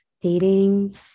dating